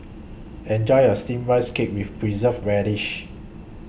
Enjoy your Steamed Rice Cake with Preserved Radish